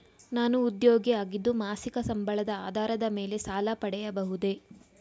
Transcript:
ನಾನು ಉದ್ಯೋಗಿ ಆಗಿದ್ದು ಮಾಸಿಕ ಸಂಬಳದ ಆಧಾರದ ಮೇಲೆ ಸಾಲ ಪಡೆಯಬಹುದೇ?